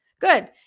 Good